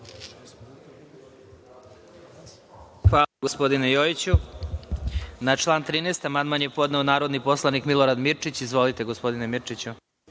Hvala, gospodine Jojiću. Na član 13. amandman je podneo narodni poslanik Milorad Mirčić. Izvolite. **Milorad Mirčić**